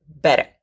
better